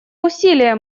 усилия